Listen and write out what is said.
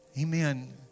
Amen